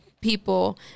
people